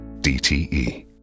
DTE